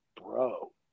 bro